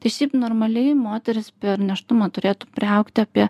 tai šiaip normaliai moteris per nėštumą turėtų priaugti apie